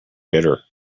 bitter